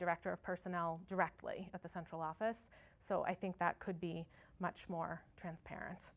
director of personnel directly at the central office so i think that could be much more transparent